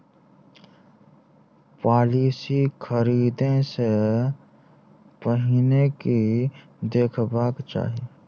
Policy खरीदै सँ पहिने की देखबाक चाहि?